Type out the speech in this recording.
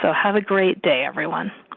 so have a great day everyone.